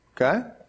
Okay